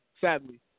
sadly